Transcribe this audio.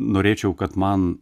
norėčiau kad man